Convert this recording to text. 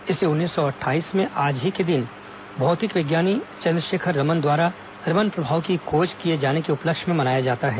इसे उन्नीस सौ अट्ठाईस में आज ही के दिन भौतिक विज्ञानी चन्द्रशेखर रमन द्वारा रमन प्रभाव की खोज किए जाने के उपलक्ष्य में मनाया जाता है